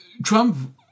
Trump